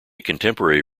contemporary